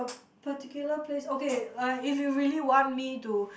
particular place okay uh if you really want me to